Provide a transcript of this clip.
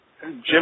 Jim